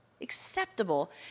Acceptable